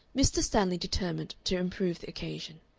mr. stanley determined to improve the occasion.